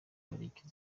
berekeza